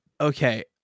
okay